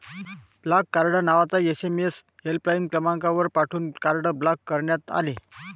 block card नावाचा SMS helpline क्रमांकावर पाठवून कार्ड ब्लॉक करण्यात आले